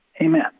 Amen